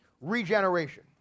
Regeneration